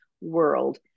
world